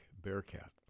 Bearcat